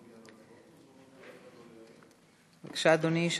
בבקשה, אדוני.